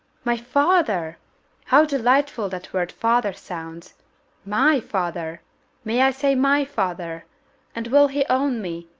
my father how delightful that word father sounds my father may i say my father and will he own me,